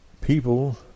People